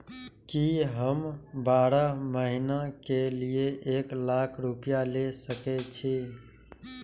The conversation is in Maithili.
की हम बारह महीना के लिए एक लाख रूपया ले सके छी?